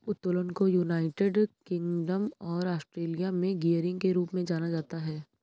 उत्तोलन को United Kingdom और ऑस्ट्रेलिया में गियरिंग के रूप में जाना जाता है